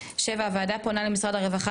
7. הוועדה פונה למשרד הרווחה,